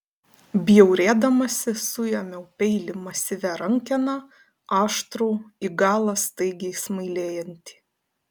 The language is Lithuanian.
bjaurėdamasi suėmiau peilį masyvia rankena aštrų į galą staigiai smailėjantį